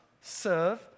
serve